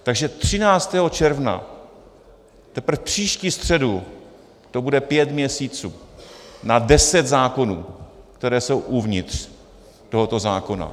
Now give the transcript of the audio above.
Takže 13. června, teprve příští středu, to bude pět měsíců na deset zákonů, které jsou uvnitř tohoto zákona.